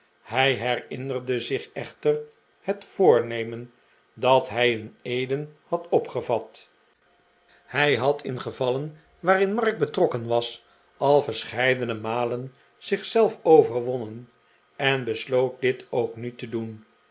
hij herinnerde zich echter het voornemen dat hij in eden had opgevat hij had in gevallen waarin mark betrokken was al verscheidene malen zich zelf overwonnen en besloot dit bok mi te doen